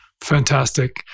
Fantastic